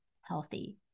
healthy